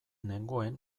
nengoen